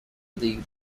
league